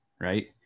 Right